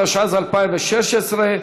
התשע"ז 2016,